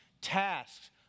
tasks